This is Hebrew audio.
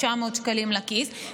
900 שקלים לכיס,